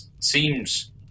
seems